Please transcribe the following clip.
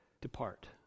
depart